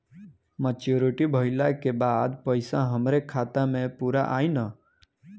Maturity भईला के बाद पईसा हमरे खाता म पूरा आई न?